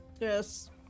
Yes